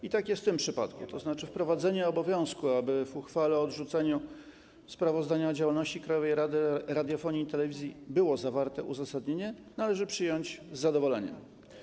I tak jest w tym przypadku, tzn. wprowadzenie obowiązku, aby w uchwale o odrzuceniu sprawozdania o działalności Krajowej Rady Radiofonii i Telewizji było zawarte uzasadnienie, należy przyjąć z zadowoleniem.